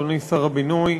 אדוני שר הבינוי,